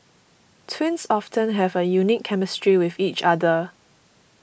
twins often have a unique chemistry with each other